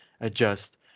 adjust